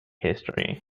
history